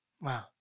Wow